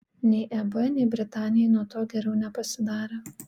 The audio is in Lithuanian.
nei eb nei britanijai nuo to geriau nepasidarė